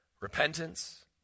repentance